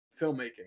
filmmaking